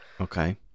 Okay